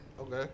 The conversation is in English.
Okay